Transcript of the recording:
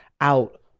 out